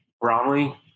Bromley